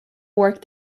work